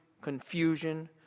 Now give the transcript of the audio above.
confusion